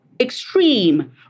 extreme